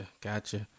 gotcha